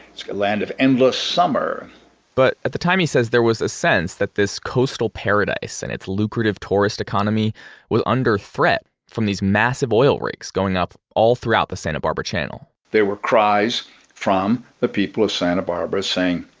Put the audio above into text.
it's a land of endless summer but at the time he says, there was a sense that this coastal paradise and its lucrative tourist economy was under threat from these massive oil rigs going up all throughout the santa barbara channel there were cries from the people of santa barbara saying,